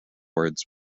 words